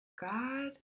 God